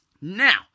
Now